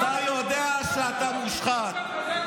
אתה יודע שאתה מושחת.